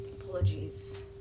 apologies